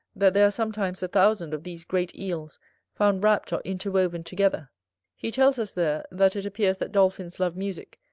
that there are sometimes a thousand of these great eels found wrapt or interwoven together he tells us there, that it appears that dolphins love musick,